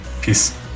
Peace